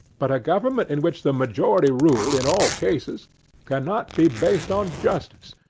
but a government in which the majority rule in all cases can not be based on justice,